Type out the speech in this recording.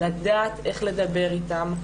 לדעת איך לדבר איתן,